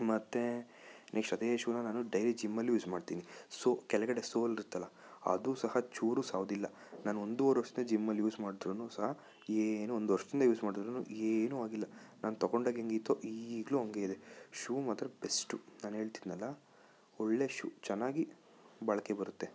ಮತ್ತು ಅದೇ ಶೂನ ನಾನು ಡೈಲಿ ಜಿಮ್ಮಲ್ಲು ಯೂಸ್ ಮಾಡ್ತೀನಿ ಸೋಲ್ ಕೆಳಗಡೆ ಸೋಲ್ ಇರುತ್ತಲ್ಲ ಅದು ಸಹ ಚೂರು ಸೌದಿಲ್ಲ ನಾನು ಒಂದ್ವರೆ ವರ್ಷದಲ್ಲಿ ಜಿಮ್ಮಲ್ಲಿ ಯೂಸ್ ಮಾಡಿದ್ರುನೂ ಸಹ ಏನೂ ಒಂದು ವರ್ಷ್ದಿಂದ ಯೂಸ್ ಮಾಡಿದ್ರುನೂ ಏನೂ ಆಗಿಲ್ಲ ನಾನು ತೊಗೊಂಡಾಗ ಹೆಂಗಿತ್ತೋ ಈಗಲೂ ಹಂಗೇ ಇದೆ ಶೂ ಮಾತ್ರ ಬೆಸ್ಟು ನಾನು ಹೇಳ್ತಿದೀನಲ್ಲ ಒಳ್ಳೆ ಶೂ ಚೆನ್ನಾಗಿ ಬಾಳಿಕೆ ಬರುತ್ತೆ